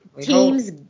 teams